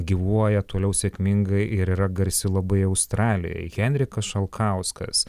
gyvuoja toliau sėkmingai ir yra garsi labai australijoj henrikas šalkauskas